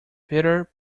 peter